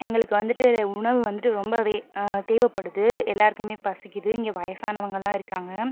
எங்களுக்கு வந்துட்டு உணவு வந்துட்டு ரொம்பவே தேவைப்படுது எல்லோருக்குமே பசிக்கிது இங்கே வயசானவங்களெலாம் இருக்காங்க